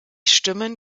stimmen